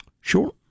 Sure